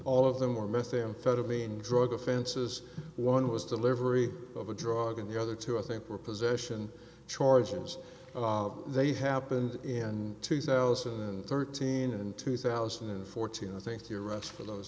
all of them were methamphetamine drug offenses one was delivery of a drug and the other two i think were possession charges they happened in two thousand and thirteen and two thousand and fourteen i think you're right for those